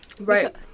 Right